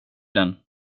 den